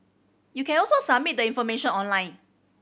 you can also submit the information online